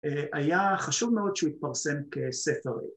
‫היה חשוב מאוד ‫שהוא התפרסם כספר